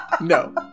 No